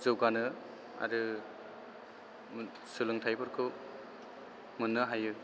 जौगानो आरो सोलोंथायफोरखौ मोननो हायो